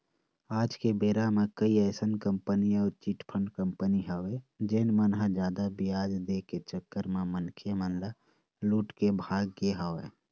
आज के बेरा म कई अइसन कंपनी अउ चिटफंड कंपनी हवय जेन मन ह जादा बियाज दे के चक्कर म मनखे मन ल लूट के भाग गे हवय